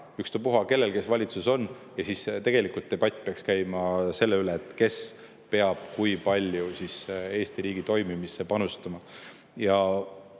ükspuha, kes valitsuses on, ja siis tegelikult debatt peaks käima selle üle, kes ja kui palju peab Eesti riigi toimimisse panustama. Ja